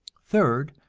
third,